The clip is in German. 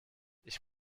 ich